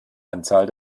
anzahl